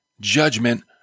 judgment